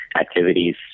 activities